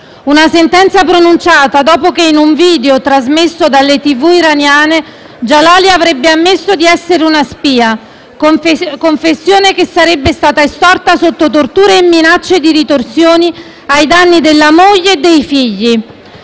Una sentenza pronunciata dopo che in un video, trasmesso dalle TV iraniane, Djalali avrebbe ammesso di essere una spia; una confessione che sarebbe stata estorta sotto torture e minacce di ritorsioni ai danni della moglie e dei figli